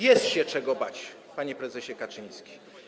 Jest się czego bać, panie prezesie Kaczyński.